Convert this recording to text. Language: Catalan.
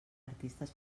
artistes